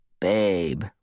Babe